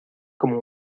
como